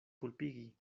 kulpigi